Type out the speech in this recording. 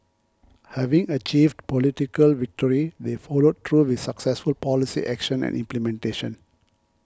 having achieved political victory they followed through with successful policy action and implementation